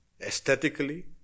aesthetically